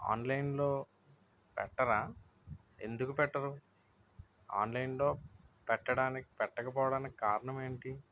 ఆన్లైన్లో పెట్టరా ఎందుకు పెట్టరు ఆన్లైన్లో పెట్టడానికి పెట్టకపోవడానికి కారణం ఏంటి